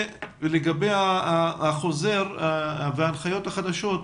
נשמח לקבל העתק מהחוזר וההנחיות החדשות,